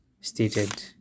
stated